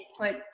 put